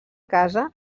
casa